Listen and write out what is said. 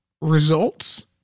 results